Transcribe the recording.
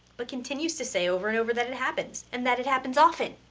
but continues to say over and over that it happens! and that it happens often!